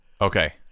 Okay